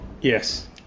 Yes